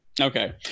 Okay